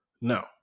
No